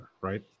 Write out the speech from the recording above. right